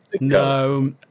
no